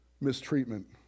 mistreatment